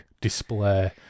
display